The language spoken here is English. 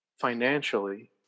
financially